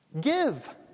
Give